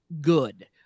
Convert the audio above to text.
good